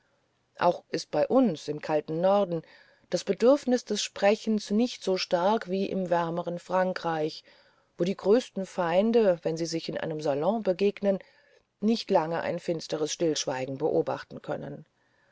auch ist bei uns im kalten norden das bedürfnis des sprechens nicht so stark wie im wärmeren frankreich wo die größten feinde wenn sie sich in einem salon begegnen nicht lange ein finsteres stillschweigen beobachten können